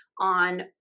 on